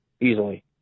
easily